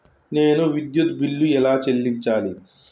నేను విద్యుత్ బిల్లు ఎలా చెల్లించాలి?